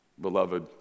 beloved